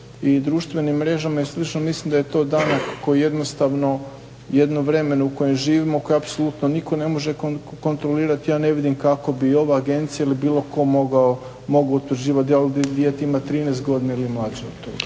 i društvenim mrežama i slično, mislim da je to danak koji jednostavno jednom vremenu u kojem živimo, u kojem apsolutno nitko ne može kontrolirati. Ja ne vidim kako bi ova agencija ili bilo tko mogao utvrđivati da li dijete ima 13 godina ili je mlađe od toga.